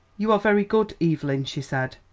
you are very good, evelyn, she said,